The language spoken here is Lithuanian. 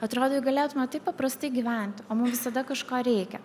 atrodo juk galėtume taip paprastai gyventi o mum visada kažko reikia